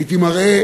הייתי מראה